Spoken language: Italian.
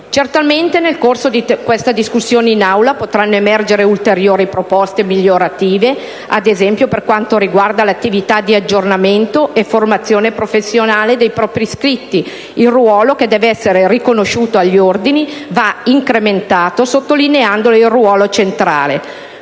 Certamente nel corso di questa discussione in Aula potranno emergere ulteriori proposte migliorative, ad esempio per quanto riguarda l'attività di aggiornamento e formazione professionale dei propri iscritti; il ruolo che deve essere riconosciuto agli ordini va incrementato, sottolineandone il ruolo centrale.